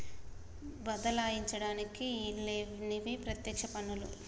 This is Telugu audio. బదలాయించడానికి ఈల్లేనివి పత్యక్ష పన్నులు